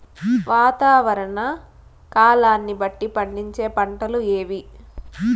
వాతావరణ కాలాన్ని బట్టి పండించే పంటలు ఏవి?